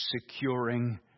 securing